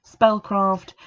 spellcraft